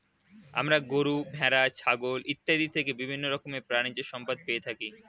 আমরা গরু, ভেড়া, ছাগল ইত্যাদি থেকে বিভিন্ন রকমের প্রাণীজ সম্পদ পেয়ে থাকি